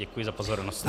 Děkuji za pozornost.